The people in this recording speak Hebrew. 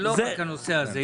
זה לא רק הנושא הזה.